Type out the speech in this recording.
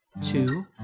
Two